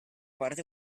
parte